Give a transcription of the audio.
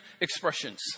expressions